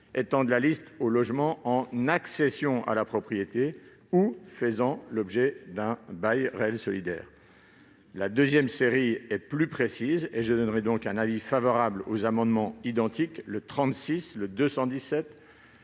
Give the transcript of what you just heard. étendent la liste aux logements en accession à la propriété ou faisant l'objet d'un bail réel solidaire. La deuxième série est plus précise. J'émets donc un avis favorable sur les amendements identiques n I-36 rectifié